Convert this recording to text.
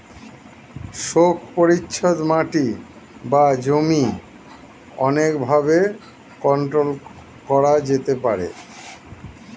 শোক পরিচ্ছদ মাটি বা জমি অনেক ভাবে কন্ট্রোল করা যেতে পারে